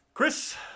Chris